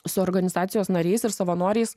su organizacijos nariais ir savanoriais